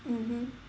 mmhmm